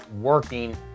working